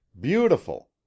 beautiful